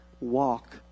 walk